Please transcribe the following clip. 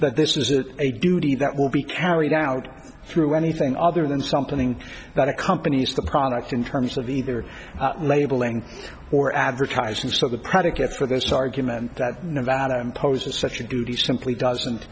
that this is it a duty that will be carried out through anything other than something that accompanies the product in terms of either labeling or advertising so the predicate for this argument that nevada imposes such a duty simply doesn't